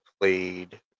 played